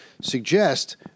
suggest